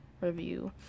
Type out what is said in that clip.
review